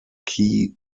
key